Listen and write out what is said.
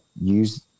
use